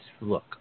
look